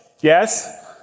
Yes